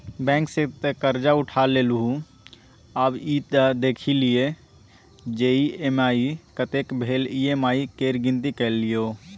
bank सँ करजा तँ उठा लेलहुँ आब ई त देखि लिअ जे ई.एम.आई कतेक भेल ई.एम.आई केर गिनती कए लियौ